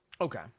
okay